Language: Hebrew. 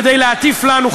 כדי להטיף לנו,